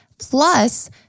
plus